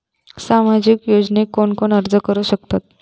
सामाजिक योजनेक कोण कोण अर्ज करू शकतत?